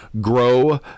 grow